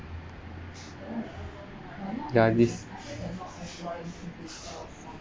ya this